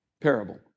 parable